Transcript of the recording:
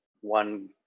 one